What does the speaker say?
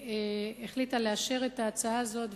והחליטה לאשר את ההצעה הזאת,